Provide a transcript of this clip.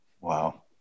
Wow